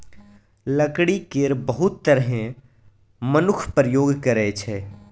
लकड़ी केर बहुत तरहें मनुख प्रयोग करै छै